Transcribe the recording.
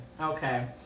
Okay